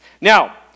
Now